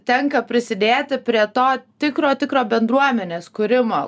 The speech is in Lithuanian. tenka prisidėti prie to tikro tikro bendruomenės kūrimo